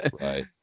right